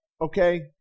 okay